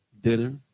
dinner